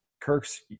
Kirk's